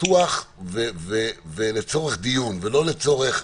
פתוח ולצורך דיון, ולא לצורך: